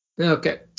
okay